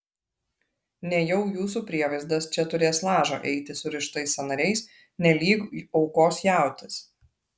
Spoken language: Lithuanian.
nejau jūsų prievaizdas čia turės lažą eiti surištais sąnariais nelyg aukos jautis